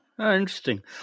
Interesting